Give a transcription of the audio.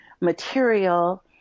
material